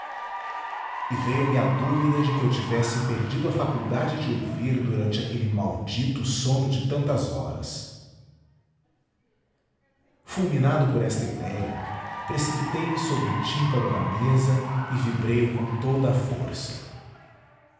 e veio-me a dúvida de que eu tivesse perdido a faculdade de ouvir durante aquele maldito sono de tantas horas fulminado por esta idéia precipitei me sobre o tímpano da mesa e vibrei o com toda a força